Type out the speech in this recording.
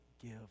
give